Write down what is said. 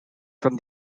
from